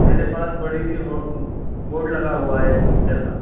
मेरे पास बड़ी सी होर बोर्ड लगा हुआ है एक पिक्चर का